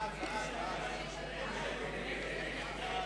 הודעת הממשלה על